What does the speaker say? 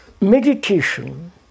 Meditation